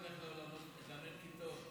גם אין כיתות.